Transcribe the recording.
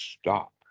stop